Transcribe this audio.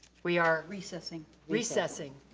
we are? recessing. recessing.